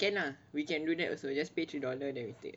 ah can ah we can do that also just pay three dollar then okay